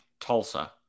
Tulsa